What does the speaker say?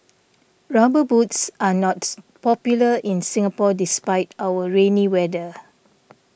rubber boots are not popular in Singapore despite our rainy weather